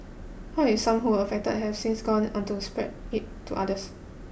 what if some who were infected have since gone on to spread it to others